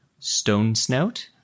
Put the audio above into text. Stonesnout